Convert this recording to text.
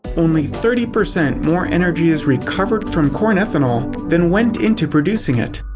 only thirty percent more energy is recovered from corn ethanol, then went into producing it.